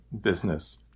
business